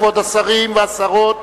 כבוד השרים והשרות.